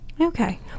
Okay